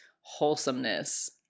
wholesomeness